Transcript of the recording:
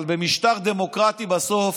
אבל במשטר דמוקרטי בסוף